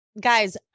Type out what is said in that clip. guys